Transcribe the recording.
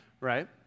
right